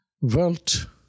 world